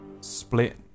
split